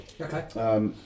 Okay